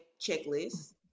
checklist